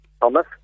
Thomas